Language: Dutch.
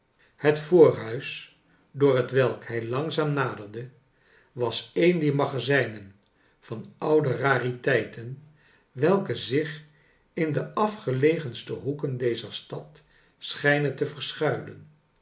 het voorhuis door hetwelk hij langzaam naderde was een dier magazijnen van oude rariteiten welke zich in de afgelegenste hoeken dezer stad schijnen te verschuilen